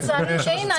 לצערי אין,